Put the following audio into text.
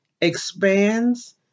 expands